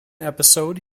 episode